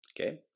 Okay